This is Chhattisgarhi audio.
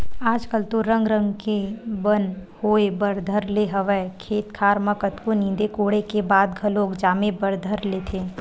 आजकल तो रंग रंग के बन होय बर धर ले हवय खेत खार म कतको नींदे कोड़े के बाद घलोक जामे बर धर लेथे